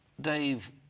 Dave